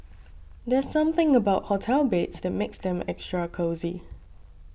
there's something about hotel beds that makes them extra cosy